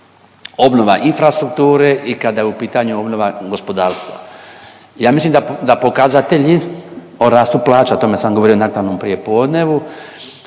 obnova infrastrukture i kada je u pitanju obnova gospodarstva. Ja mislim da pokazatelji o rastu plaća, o tome sam govorio naknadno u prijepodnevu